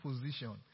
position